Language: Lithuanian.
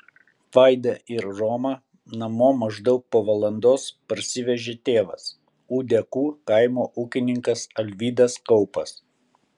vaidą ir romą namo maždaug po valandos parsivežė tėvas ūdekų kaimo ūkininkas alvydas kaupas